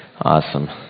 awesome